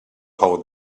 how